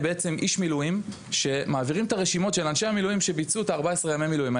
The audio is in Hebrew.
מעבירים את הרשימות של אנשי המילואים שביצעו 14 ימי מילואים,